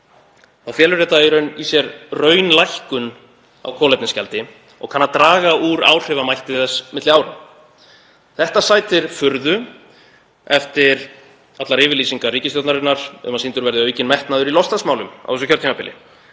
í raun í sér raunlækkun á kolefnisgjaldi og kann að draga úr áhrifamætti þess milli ára. Þetta sætir furðu eftir allar yfirlýsingar ríkisstjórnarinnar um að sýndur verði aukinn metnaður í loftslagsmálum á þessu kjörtímabili.